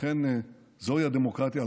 זוהי הדמוקרטיה.